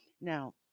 now